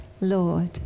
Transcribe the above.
Lord